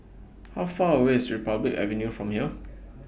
How Far away IS Republic Avenue from here